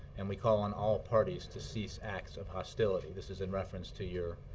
and we call on all parties to cease acts of hostility this is in reference to your